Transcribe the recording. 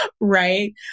Right